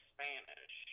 Spanish